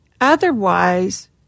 otherwise